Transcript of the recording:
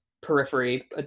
periphery